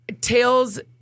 Tails